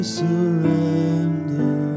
surrender